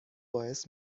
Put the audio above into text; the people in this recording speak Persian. باعث